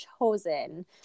chosen